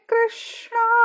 Krishna